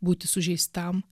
būti sužeistam